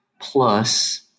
plus